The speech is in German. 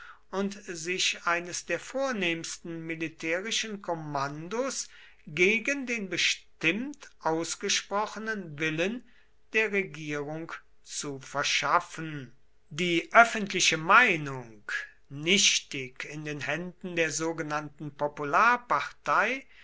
und sich eines der vornehmsten militärischen kommandos gegen den bestimmt ausgesprochenen willen der regierung zu verschaffen die öffentliche meinung nichtig in den händen der sogenannten